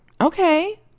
Okay